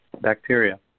bacteria